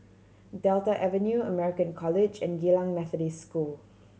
Delta Avenue American College and Geylang Methodist School